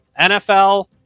NFL